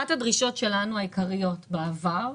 אחת הדרישות העיקריות שלנו בעבר,